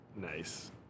Nice